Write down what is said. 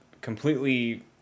completely